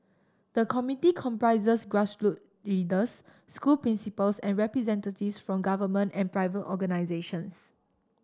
the committee comprises grassroot leaders school principals and representatives from government and private organisations